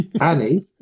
Annie